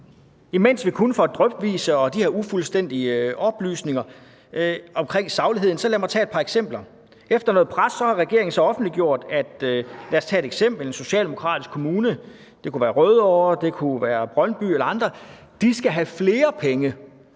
Imens vi kun får drypvise og de her ufuldstændige oplysninger om sagligheden, så lad mig tage et par eksempler. Efter noget pres har regeringen så offentliggjort, at en socialdemokratisk kommune – lad os tage et eksempel; det kunne være Rødovre, det kunne være Brøndby eller andre – skal have flere penge